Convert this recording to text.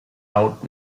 out